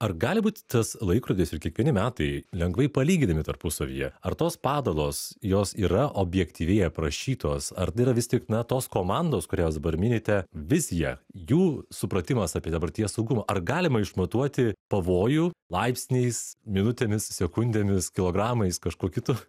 ar gali būti tas laikrodis ir kiekvieni metai lengvai palyginami tarpusavyje ar tos padalos jos yra objektyviai aprašytos ar tai yra vis tik na tos komandos kurios dabar minite vizija jų supratimas apie dabarties saugumą ar galima išmatuoti pavojų laipsniais minutėmis sekundėmis kilogramais kažkuo kitu